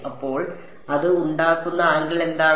അപ്പോൾ അത് ഉണ്ടാക്കുന്ന ആംഗിൾ എന്താണ്